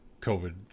covid